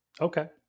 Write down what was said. Okay